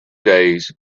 days